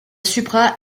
supra